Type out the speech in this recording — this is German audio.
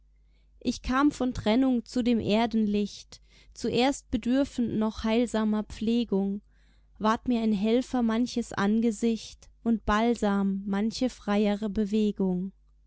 ich kam von trennung zu dem erdenlicht zuerst bedürfend noch heilsamer pflegung ward mir ein helfer manches angesicht und balsam manche freiere bewegung